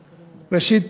ראשית,